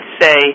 say